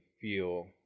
feel